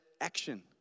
action